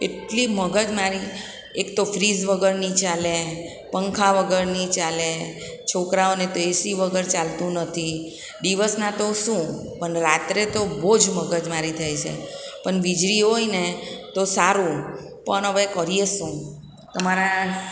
એટલી મગજમારી એક તો ફ્રિજ વગર નહીં ચાલે પંખા વગર નહીં ચાલે છોકરાઓને તો એસી વગર ચાલતું નથી દિવસના તો શું પણ રાત્રે તો બહુ જ મગજમારી થાય છે પણ વીજળી હોય ને તો સારું પણ હવે કરીએ શું તમારા